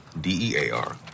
D-E-A-R